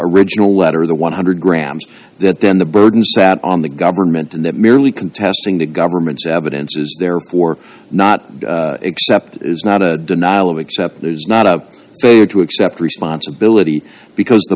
original letter the one hundred grams that then the burden sat on the government and that merely contesting the government's evidence is there or not except it is not a denial of accept there's not a failure to accept responsibility because the